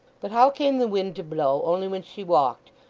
but how came the wind to blow only when she walked,